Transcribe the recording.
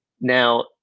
Now